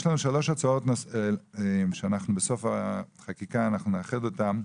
יש לנו שלוש הצעות שאנחנו בסוף החקיקה נאחד אותן,